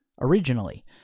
originally